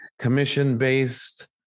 commission-based